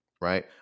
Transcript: right